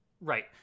Right